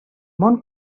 món